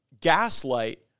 gaslight